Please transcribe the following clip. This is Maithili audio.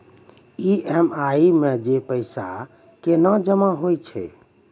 ई.एम.आई मे जे पैसा केना जमा होय छै?